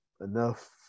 enough